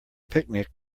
picnic